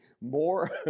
more